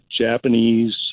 Japanese